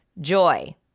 Joy